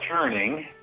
Turning